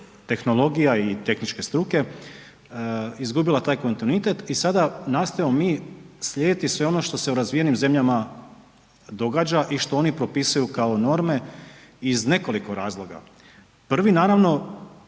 tehnologija i tehničke struke, izgubila taj kontinuitet i sada nastojimo mi slijediti sve ono što se u razvijenim zemljama događa i što oni propisuju kao norme iz nekoliko razloga, prvi naravno